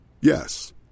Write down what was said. Yes